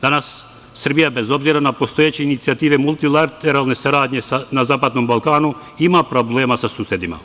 Danas Srbija bez obzira na postojeće inicijative multilateralne saradnje na zapadnom Balkanu ima problema sa susedima.